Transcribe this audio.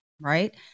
right